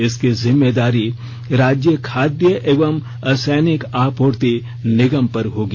इसकी जिम्मेदारी राज्य खादय एवं असैनिक आपूर्ति निगम पर होगी